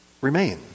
remain